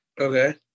Okay